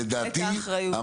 לדעתי,